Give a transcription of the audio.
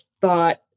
thought